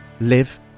live